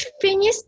finished